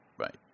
Right